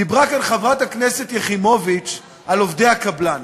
דיברה כאן חברת הכנסת יחימוביץ על עובדי הקבלן.